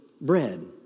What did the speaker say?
bread